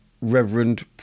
reverend